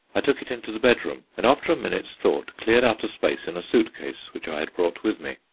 i took it into the bedroom and after a minute's thought cleared out a space in a suit-case which i had brought with me,